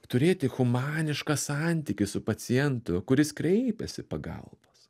turėti humanišką santykį su pacientu kuris kreipiasi pagalbos